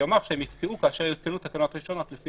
שיאמר שהם יפקעו כאשר יותקנו תקנות ראשונות לפי